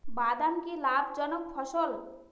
বাদাম কি লাভ জনক ফসল?